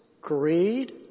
greed